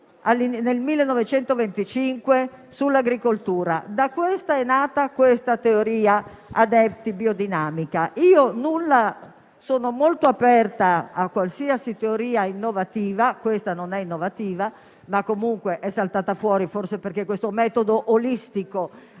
lezioni sull'agricoltura nel 1925; da qui è nata questa teoria biodinamica. Io sono molto aperta a qualsiasi teoria innovativa; questa non è innovativa, ma comunque è saltata fuori, forse perché questo metodo olistico